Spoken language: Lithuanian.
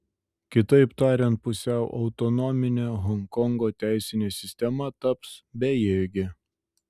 kitaip tariant pusiau autonominė honkongo teisinė sistema taps bejėgė